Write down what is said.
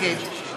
קרא,